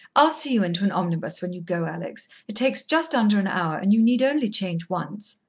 i'll see you into an omnibus when you go, alex. it takes just under an hour, and you need only change once.